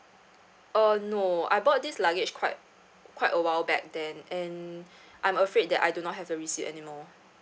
uh no I bought this luggage quite quite a while back then and I'm afraid that I do not have the receipt anymore